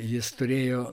jis turėjo